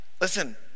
Listen